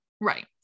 right